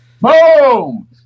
Boom